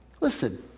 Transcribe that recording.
Listen